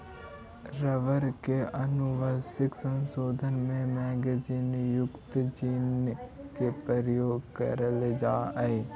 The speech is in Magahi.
रबर के आनुवंशिक संशोधन में मैगनीज युक्त जीन के प्रयोग कैइल जा हई